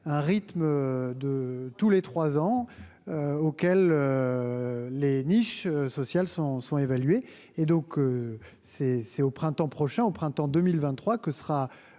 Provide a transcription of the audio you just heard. un rythme de tous les 3 ans auxquels les niches sociales sont sont évalués et donc c'est c'est au printemps prochain, au printemps 2023 que sera